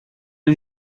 lhe